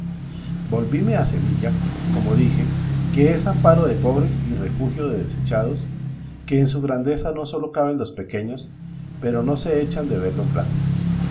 volvíme a sevilla como dije que es amparo de pobres y refugio de desechados que en su grandeza no sólo caben los pequeños pero no se echan de ver los grandes